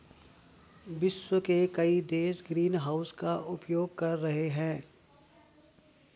विश्व के कई देश ग्रीनहाउस का उपयोग कर रहे हैं